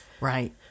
Right